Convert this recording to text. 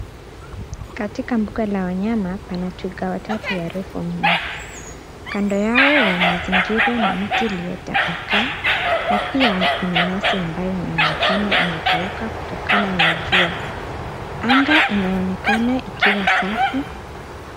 Katika mbugwa la wanyama pana twiga watatu warefu mno. Kando yao wamezingirwa na miti iliyotapakaa na pia kuna nyasi ambayo inaonekana imekauka kutokana na jua. Anga inaonekana ikiwa safi.